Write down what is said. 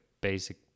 basic